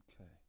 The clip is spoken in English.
Okay